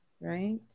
Right